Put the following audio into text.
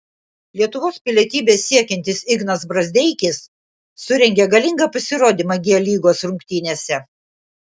lietuvos pilietybės siekiantis ignas brazdeikis surengė galingą pasirodymą g lygos rungtynėse